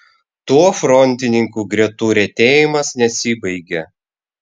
tuo frontininkų gretų retėjimas nesibaigia